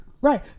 Right